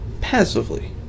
passively